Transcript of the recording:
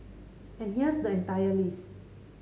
and here's the entire list